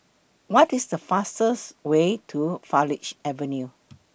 What IS The fastest Way to Farleigh Avenue